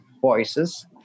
voices